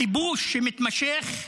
הכיבוש המתמשך,